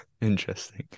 interesting